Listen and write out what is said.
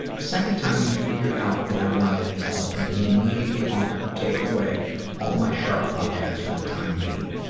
the second time, he figured out that i wanted his help, and he immediately offered to take away all my sharp objects for the time being.